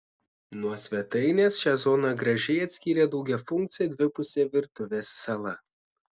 nuo svetainės šią zoną gražiai atskyrė daugiafunkcė dvipusė virtuvės sala